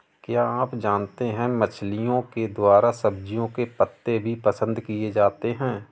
क्या आप जानते है मछलिओं के द्वारा सब्जियों के पत्ते भी पसंद किए जाते है